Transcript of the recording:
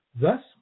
Thus